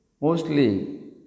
mostly